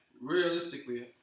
Realistically